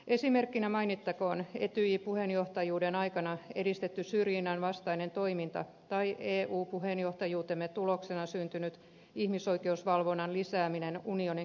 esimerkkinä mainittakoon etyj puheenjohtajuuden aikana edistetty syrjinnänvastainen toiminta tai eu puheenjohtajuutemme tuloksena syntynyt ihmisoikeusvalvonnan lisääminen unionin kriisinhallintatyössä